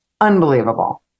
unbelievable